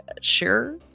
sure